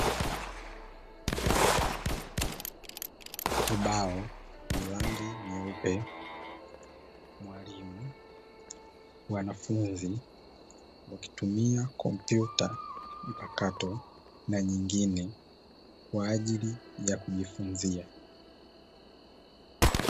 Ubao wenye rangi nyeupe mwalimu, mwanafunzi wakitumia kompyuta mpakato na nyingine kwa ajili ya kujifunzia